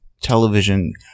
television